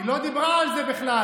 היא לא דיברה על זה בכלל.